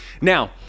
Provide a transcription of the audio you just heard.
Now